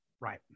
Right